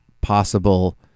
possible